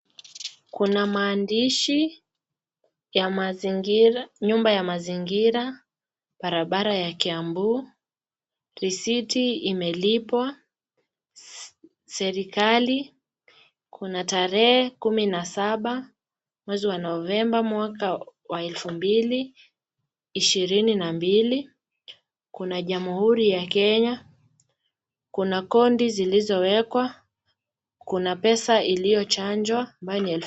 Kuna maandishi ya nyumba ya mazingira. Barabara ya Kiambu. Risiti imelipwa serikali. Kuna tarehe kumi na saba mwezi wa Novemba mwaka wa elfu mbili ishirini na mbili. Kuna Jamuhuri ya Kenya. Kuna kodi zilizowekwa. Kuna pesa iliyochangiwa ambaye ni.